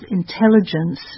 intelligence